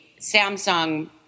Samsung